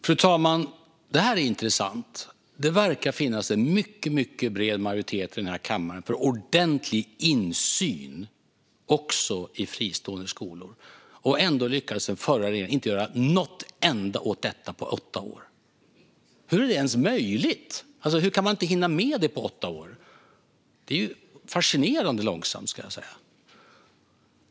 Fru talman! Detta är intressant - det verkar finnas en mycket bred majoritet i den här kammaren för ordentlig insyn också i fristående skolor, och ändå lyckades den förra regeringen inte göra något enda åt detta på åtta år. Hur är det ens möjligt? Hur kan man inte hinna med det på åtta år? Det är fascinerande långsamt, skulle jag säga.